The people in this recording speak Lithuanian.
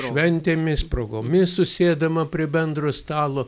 šventėmis progomis susėdama prie bendro stalo